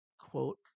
Quote